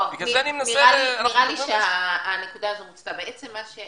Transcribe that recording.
אז כמו שאמרתי, הפטיטיס סי, באמת אחת דינה